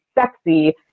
sexy